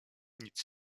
nic